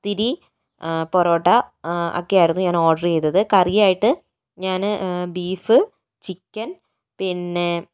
പത്തിരി പൊറോട്ട ഒക്കെയായിരുന്നു ഞാൻ ഓർഡർ ചെയ്തത് കറിയായിട്ട് ഞാന് ബീഫ് ചിക്കൻ പിന്നെ